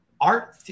art